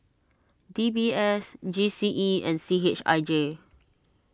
D B S G C E and C H I J